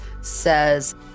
says